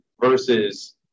versus